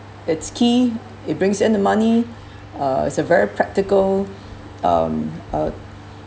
its key it brings in the money uh it's a very practical um uh